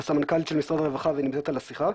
הסמנכ"ל של משרד הרווחה נמצאת על השיחה,